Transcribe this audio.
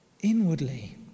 inwardly